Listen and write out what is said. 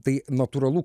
tai natūralu